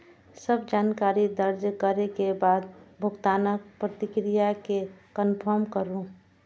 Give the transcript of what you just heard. सब जानकारी दर्ज करै के बाद भुगतानक प्रक्रिया कें कंफर्म करू